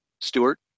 Stewart